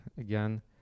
again